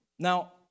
Now